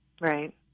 Right